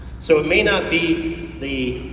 so it may not be the